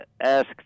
asked